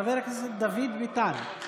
חבר הכנסת דוד ביטן.